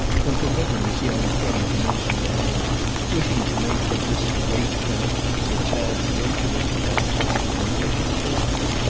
from permitting his young friend to mention a name wishing to make with this the great point that chad's virtuous attachments were none of his business.